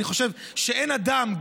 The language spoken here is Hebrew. אני חושב שאין אדם,